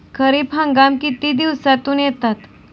खरीप हंगाम किती दिवसातून येतात?